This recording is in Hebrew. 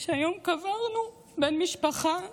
והיום קברנו בן משפחה,